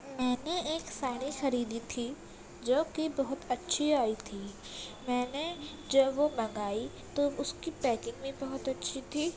میں نے ایک ساڑی خریدی تھی جوکہ بہت اچھی آئی تھی میں نے جب وہ منگائی تو اس کی پیکنگ بھی بہت اچھی تھی